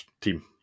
team